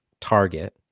target